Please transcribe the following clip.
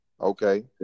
Okay